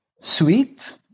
sweet